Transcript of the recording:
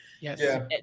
yes